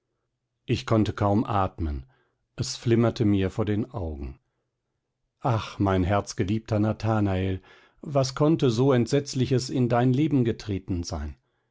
ich konnte kaum atmen es flimmerte mir vor den augen ach mein herzgeliebter nathanael was konnte so entsetzliches in dein leben getreten sein